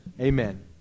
amen